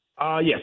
Yes